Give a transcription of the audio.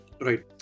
Right